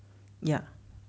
ya